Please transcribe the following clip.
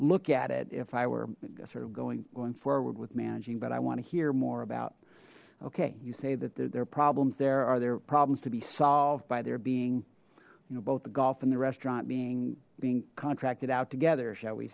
look at it if i were sort of going going forward with managing but i want to hear more about okay you say that there are problems there are there problems to be solved by there being you know both the golf and the restaurant being being contracted out together shall we